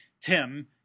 Tim